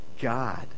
God